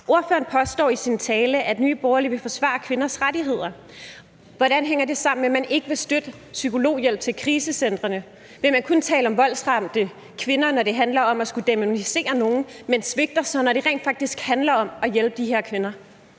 Ordføreren påstår i sin tale, at Nye Borgerlige vil forsvare kvinders rettigheder. Hvordan hænger det sammen med, at man ikke vil støtte psykologhjælp til kvinder på krisecentrene? Vil man kun tale om voldsramte kvinder, når det handler om at skulle dæmonisere nogen, men svigter så, når det rent faktisk handler om at hjælpe de her kvinder?